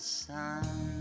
sun